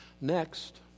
Next